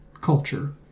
culture